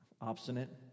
obstinate